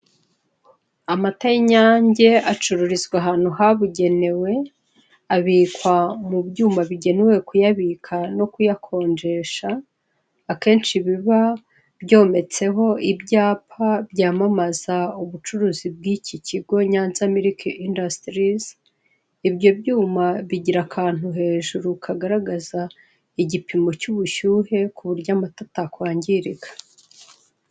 Amata y'inyange acururizwa ahantu habugeneweabikwa mu byuma bigenewe kuyabika no kuyakonjesha akenshi biba byometseho ibyapa byamamaza ubucuruzi bw'iki kigo Nyanza miliki indasitirizi ibyo byuma bigira akantu hejuru kagaragaza igipimo cy'ubushyuhe ku buryo ayo mata atakwangirika.